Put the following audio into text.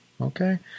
okay